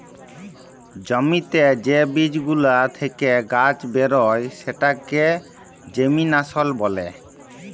জ্যমিতে যে বীজ গুলা থেক্যে গাছ বেরয় সেটাকে জেমিনাসল ব্যলে